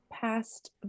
past